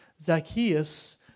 Zacchaeus